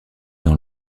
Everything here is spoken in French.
dans